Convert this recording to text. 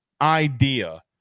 idea